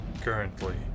Currently